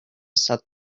set